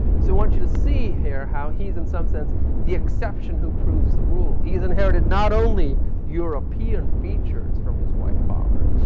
so i want you to see here how he's in some sense the exception who proves the rule. he has inherited not only european features from his white father,